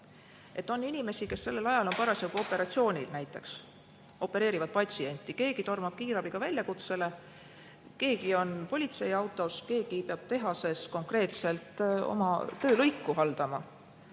Mõni on sellel ajal parasjagu operatsioonil, näiteks opereerib patsienti, mõni tormab kiirabiga väljakutsele, mõni on politseiautos, mõni peab tehases konkreetselt oma töölõiku haldama.